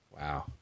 Wow